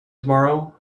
tomorrow